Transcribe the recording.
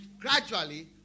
gradually